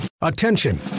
Attention